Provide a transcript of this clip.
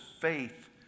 faith